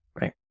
right